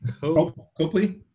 Copley